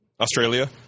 Australia